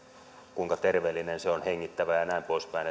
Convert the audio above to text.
kuinka terveellinen se on hengittävä ja ja näin poispäin